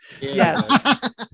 Yes